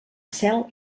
cel